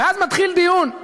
ואז מתחיל דיון.